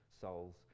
souls